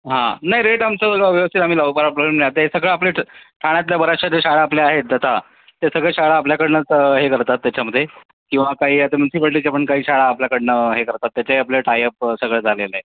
हां नाही रेट आमचं व्यवस्थित आम्ही लावू काय प्रॉब्लेम नाही आता हे सगळं आपल्या ठाण्यातल्या बऱ्याचशा ज्या शाळा आपल्या आहेत आता ते सगळं शाळा आपल्याकडूनच हे करतात त्याच्यामध्ये किंवा काही आता म्युन्सिपलिटीच्या पण काही शाळा आपल्याकडून हे करतात त्याच्याही आपलं टायअप सगळं झालेलं आहे